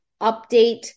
update